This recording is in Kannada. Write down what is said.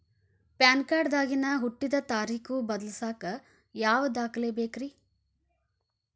ಪ್ಯಾನ್ ಕಾರ್ಡ್ ದಾಗಿನ ಹುಟ್ಟಿದ ತಾರೇಖು ಬದಲಿಸಾಕ್ ಯಾವ ದಾಖಲೆ ಬೇಕ್ರಿ?